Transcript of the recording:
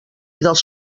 dels